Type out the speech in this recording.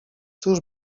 cóż